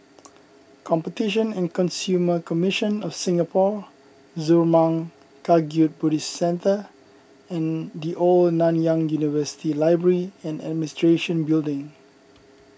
Competition and Consumer Commission of Singapore Zurmang Kagyud Buddhist Centre and the Old Nanyang University Library and Administration Building